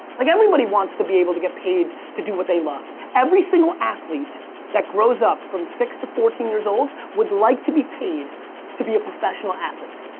like everybody wants to be able to be paid to do what they love. every single athlete that grows up from six to fourteen years old would like to be paid to be a professional athlete.